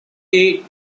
eight